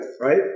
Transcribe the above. right